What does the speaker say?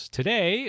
Today